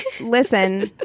listen